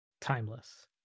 Timeless